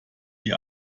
die